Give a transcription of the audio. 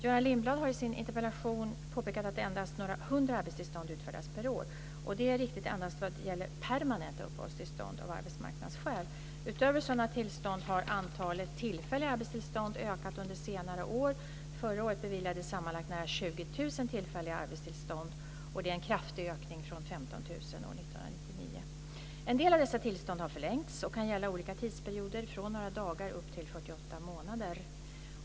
Göran Lindblad har i sin interpellation påpekat att endast några hundra arbetstillstånd utfärdas per år. Detta är riktigt endast vad gäller permanenta uppehållstillstånd av arbetsmarknadsskäl. Utöver sådana tillstånd har antalet tillfälliga arbetstillstånd ökat under senare år. Förra året beviljades sammanlagt nära 20 000 tillfälliga arbetstillstånd. Detta är en kraftig ökning från 15 000 år 1999. En del av dessa tillstånd har förlängts och kan gälla olika tidsperioder från några dagar upp till 48 månader.